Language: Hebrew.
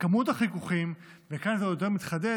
כמות החיכוכים, וכאן זה עוד יותר מתחדד,